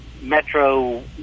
Metro